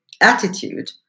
attitude